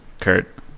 Kurt